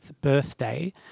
birthday